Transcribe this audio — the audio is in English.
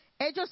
Ellos